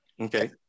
Okay